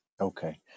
okay